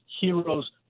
heroes